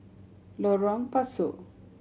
Lorong Pasu